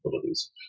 capabilities